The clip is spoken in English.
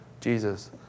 Jesus